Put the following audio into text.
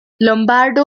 lombardo